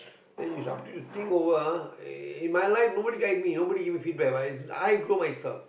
then it's up to you think over ah in my life nobody guide me nobody even feedback but is I grow myself